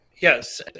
Yes